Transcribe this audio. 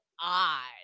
odd